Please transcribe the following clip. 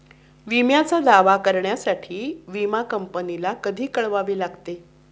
विम्याचा दावा करण्यासाठी विमा कंपनीला कधी कळवावे लागते?